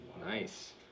Nice